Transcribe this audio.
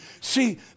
See